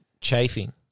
chafing